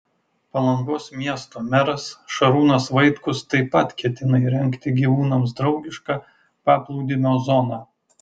palangos miesto meras šarūnas vaitkus taip pat ketina įrengti gyvūnams draugišką paplūdimio zoną